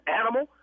animal